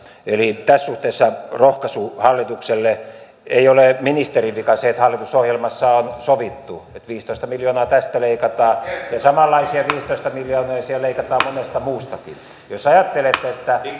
eli tässä suhteessa rohkaisu hallitukselle ei ole ministerin vika se että hallitusohjelmassa on sovittu että viisitoista miljoonaa tästä leikataan ja samanlaisia viisitoista miljoonia siellä leikataan monesta muustakin jos ajattelette että